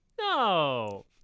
No